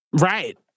Right